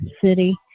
city